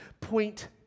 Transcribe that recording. point